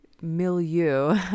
milieu